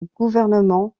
gouvernement